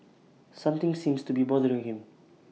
something seems to be bothering him